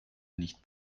nicht